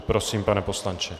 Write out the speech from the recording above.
Prosím, pane poslanče.